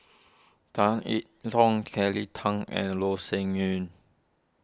Tan E Tong Kelly Tang and Loh Sin Yun